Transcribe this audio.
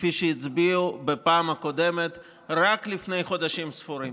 כפי שהצביעו בפעם הקודמת רק לפני חודשים ספורים.